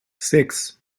sechs